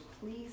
please